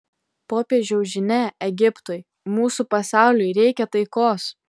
popiežiaus žinia egiptui mūsų pasauliui reikia taikos